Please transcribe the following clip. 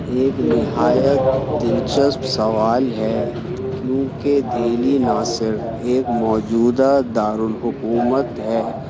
ایک نہایت دلچسپ سوال ہے کیونکہ دلی نا صرف ایک موجودہ دارالحکومت ہے